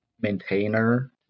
maintainer